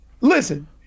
listen